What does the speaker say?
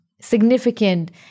significant